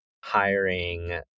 hiring